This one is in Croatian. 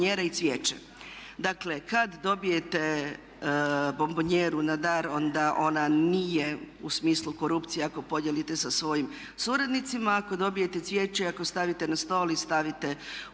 tema bila bombonijera i cvijeće. Dakle, kad dobijete bombonijeru na dar onda ona nije u smislu korupcije ako podijelite sa svojim suradnicima a ako dobijete cvijeće i ako stavite na stol i stavite u hodnik.